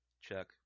Chuck